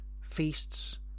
feasts